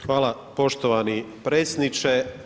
Hvala poštovani predsjedniče.